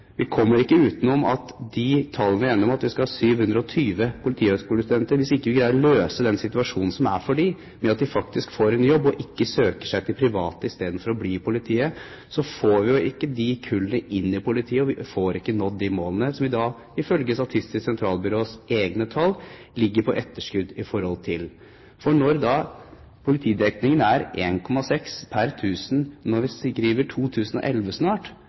Vi kommer ikke utenom de tallene vi er enige om, at vi skal ha 720 politihøyskolestudenter. Hvis vi ikke greier å løse den situasjonen som disse kullene er i slik at de faktisk får en jobb og ikke søker seg til private istedenfor å bli i politiet, får vi dem ikke inn i politiet og når ikke de målene som vi, ifølge Statistisk sentralbyrås egne tall, ligger på etterskudd med. Når politidekningen er på 1,6 per 1 000 når vi snart skriver 2011,